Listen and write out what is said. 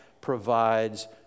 provides